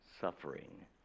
suffering